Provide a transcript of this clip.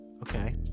okay